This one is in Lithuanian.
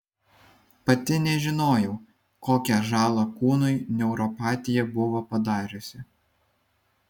pati nežinojau kokią žalą kūnui neuropatija buvo padariusi